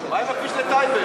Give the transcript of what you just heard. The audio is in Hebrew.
מה עם הכביש לטייבה?